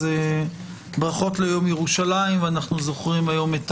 אז ברכות ליום ירושלים, ואנחנו זוכרים היום את